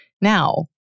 Now